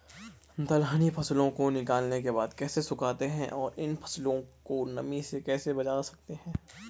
दलहनी फसलों को निकालने के बाद कैसे सुखाते हैं और इन फसलों को नमी से कैसे बचा सकते हैं?